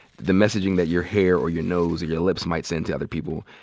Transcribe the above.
the messaging that your hair, or your nose, or your lips might send to other people?